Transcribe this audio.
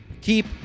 Keep